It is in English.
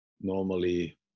normally